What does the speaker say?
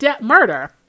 murder